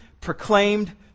proclaimed